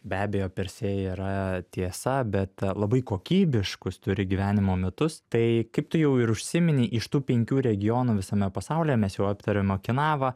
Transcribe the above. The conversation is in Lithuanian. be abejo per se yra tiesa bet labai kokybiškus turi gyvenimo metus tai kaip tu jau ir užsiminei iš tų penkių regionų visame pasaulyje mes jau aptarėm okinavą